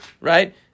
Right